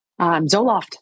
Zoloft